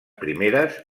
primeres